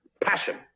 Passion